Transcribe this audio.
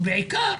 ובעיקר